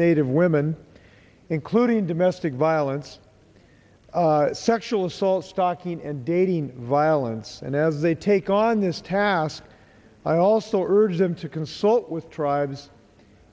native women including domestic violence sexual assault stalking and dating violence and as they take on this task i also urge them to consult with tribes